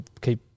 keep